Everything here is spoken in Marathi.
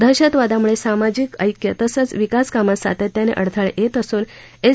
दहशतवादामुळे सामाजिक ऐक्यात तसंच विकासकामांत सातत्यानं अडथळे येत असून एस